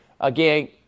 Again